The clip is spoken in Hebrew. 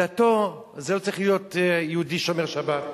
"דתו", אז לא צריך להיות יהודי שומר שבת.